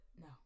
no